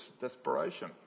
desperation